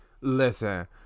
listen